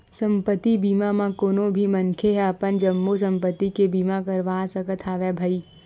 संपत्ति बीमा म कोनो भी मनखे ह अपन जम्मो संपत्ति के बीमा करवा सकत हवय भई